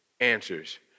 answers